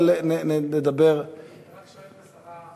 אבל נדבר אני רק שואל את השרה,